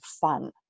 fun